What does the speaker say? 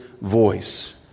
voice